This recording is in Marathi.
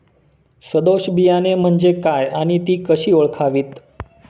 सदोष बियाणे म्हणजे काय आणि ती कशी ओळखावीत?